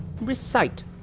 recite